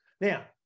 Now